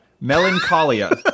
Melancholia